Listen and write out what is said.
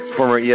former